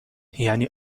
یعنی